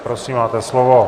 Prosím, máte slovo.